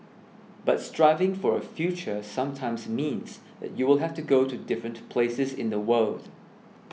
but striving for a future sometimes means that you will have to go to different places in the world